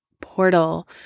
portal